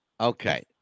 Okay